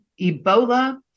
Ebola